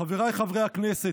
חבריי חברי הכנסת,